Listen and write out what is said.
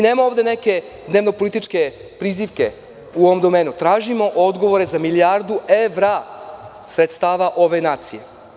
Nemamo ovde neke dnevnopolitičke prozivke u ovom domenu, tražimo odgovore za milijardu evra sredstava ove nacije.